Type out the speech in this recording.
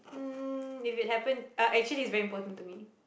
um if it happen uh actually it's very important to me